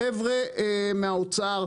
החבר'ה מהאוצר,